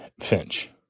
Finch